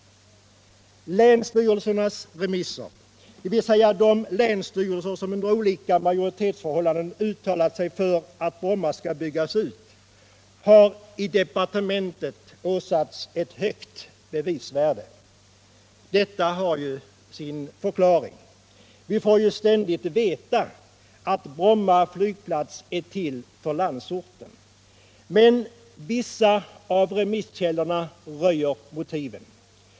Länsstyrelsernas remisser, dvs. remisserna från de länsstyrelser som under olika majoritetsförhållanden uttalat sig för att Bromma skall byggas ut, har i departementet åsatts ett högt bevisvärde. Detta har ju sin förklaring. Vi får ständigt veta att Bromma flygplats är till för landsorten. Men vissa av remisskällorna röjer motiven.